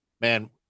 man